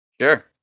Sure